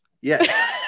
Yes